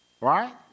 right